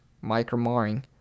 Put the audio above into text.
micro-marring